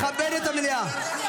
לכבד את המליאה.